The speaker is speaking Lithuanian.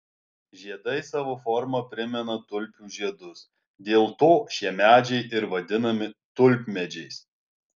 žiedai savo forma primena tulpių žiedus dėl to šie medžiai ir vadinami tulpmedžiais